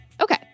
Okay